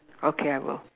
okay I will